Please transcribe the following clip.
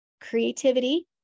creativity